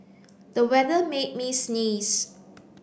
the weather made me sneeze